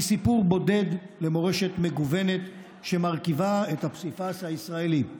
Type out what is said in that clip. מסיפור בודד למורשת מגוונת שמרכיבה את הפסיפס הישראלי.